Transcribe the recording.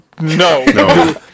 no